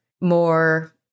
more